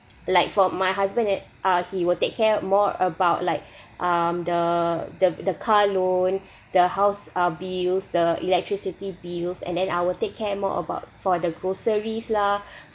like for my husband at uh he will take care more about like um the the the car loan the house uh bills the electricity bills and then I will take care more about for the groceries lah